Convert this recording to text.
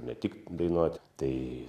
ne tik dainuoti tai